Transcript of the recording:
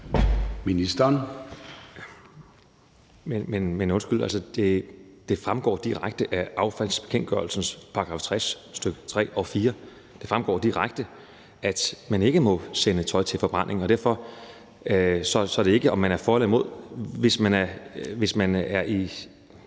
det fremgår altså direkte af affaldsbekendtgørelsens § 60, stk. 3 og 4 – det fremgår direkte – at man ikke må sende tøj til forbrænding, og derfor handler det ikke om, om man er for eller imod. Hvis man vil